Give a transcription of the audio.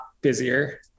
busier